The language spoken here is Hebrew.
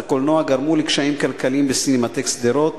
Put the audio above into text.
הקולנוע גרמו קשיים כלכליים בסינמטק שדרות,